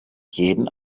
jeden